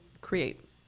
create